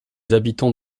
habitants